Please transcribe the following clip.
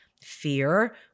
fear